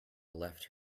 left